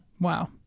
Wow